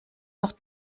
noch